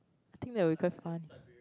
think that will be quite fun